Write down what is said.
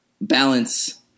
balance